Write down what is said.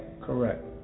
correct